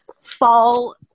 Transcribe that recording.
fall